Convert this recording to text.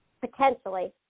potentially